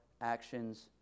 actions